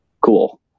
cool